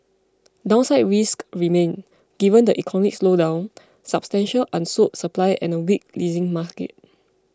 downside risks remain given the economic slowdown substantial unsold supply and a weak leasing market